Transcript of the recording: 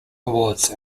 awards